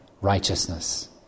righteousness